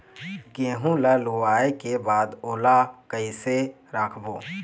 गेहूं ला लुवाऐ के बाद ओला कइसे राखबो?